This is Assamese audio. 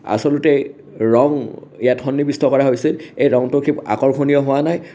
আচলতে ৰং ইয়াত সন্নিৱিষ্ট কৰা হৈছে এই ৰঙটো খুব আকৰ্ষণীয় হোৱা নাই